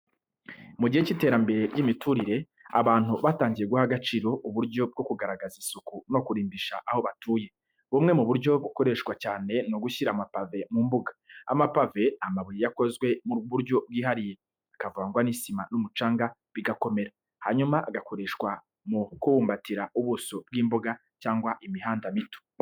Mu gihe cy’iterambere ry’imiturire, abantu batangiye guha agaciro uburyo bwo kugaragaza isuku no kurimbisha aho batuye. Bumwe mu buryo bukoreshwa cyane ni ugushyira amapave mu mbuga. Amapave ni amabuye yakozwe mu buryo bwihariye, akavangwa n’isima n’umucanga bigakomerera, hanyuma agakoreshwa mu kubumbatira ubuso bw’imbuga cyangwa imihanda mito.